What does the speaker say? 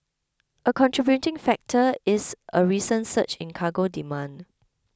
a contributing factor is a recent surge in cargo demand